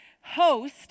host